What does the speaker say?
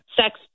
sex